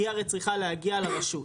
היא הרי צריכה להגיע לרשות.